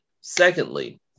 secondly